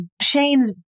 Shane's